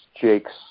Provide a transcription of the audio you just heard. Jake's